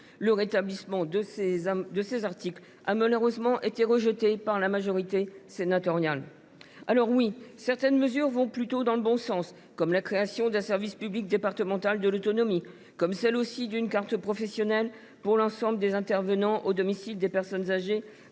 Le rétablissement de ces articles a malheureusement été rejeté par la majorité sénatoriale. Certes, certaines mesures vont plutôt dans le bon sens, comme la création d’un service public départemental de l’autonomie et d’une carte professionnelle pour l’ensemble des intervenants au domicile des personnes âgées